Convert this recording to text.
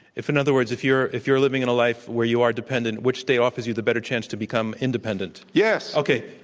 if in other words, if you're if you're living in a life where you are dependent, which state offers you the better chance to become independent? yes. okay.